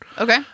Okay